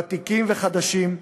ותיקים וחדשים,